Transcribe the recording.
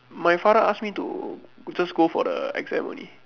my father ask me to just go for the exam only